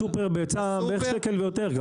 בסופר ביצה עולה בערך שקל, או יותר.